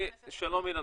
שלום אילן.